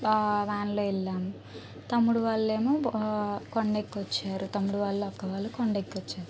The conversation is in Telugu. ఆ వానలో వెల్లాము తమ్ముడు వాళ్ళేమో వా కొండేక్కొచ్చారు తమ్ముడు వాళ్ళు అక్క వాళ్ళు కొండెక్కొచ్చారు